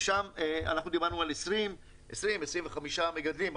ושם דיברנו על 20,25 מגדלים.